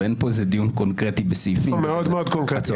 ואין פה איזה דיון קונקרטי בסעיפים --- מאוד מאוד קונקרטי.